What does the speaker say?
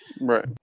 Right